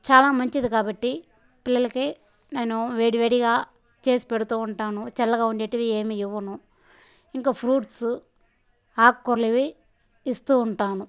చాలా మంచిది కాబట్టి పిల్లలకి నేను వేడి వేడిగా చేసి పెడుతూ ఉంటాను చల్లగా ఉండేవి ఏమి ఇవ్వను ఇంకా ఫ్రూట్స్ ఆకుకూరలు ఇవి ఇస్తూ ఉంటాను